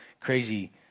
crazy